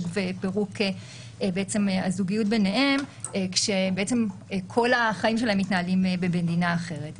ופירוק הזוגיות ביניהם כשבעצם כל החיים שלהם מתנהלים במדינה אחרת.